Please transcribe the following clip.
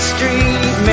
Street